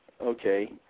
okay